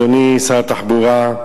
אדוני שר התחבורה,